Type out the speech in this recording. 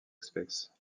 espèce